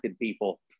people